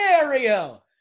scenario